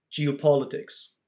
geopolitics